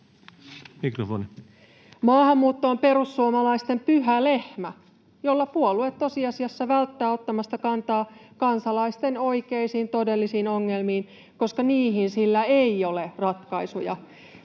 Maahanmuutto on perussuomalaisten pyhä lehmä, jolla puolue tosiasiassa välttää ottamasta kantaa kansalaisten oikeisiin, todellisiin ongelmiin, koska niihin sillä ei ole ratkaisuja.